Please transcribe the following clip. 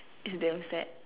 is damn sad